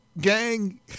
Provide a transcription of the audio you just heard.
gang